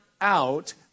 out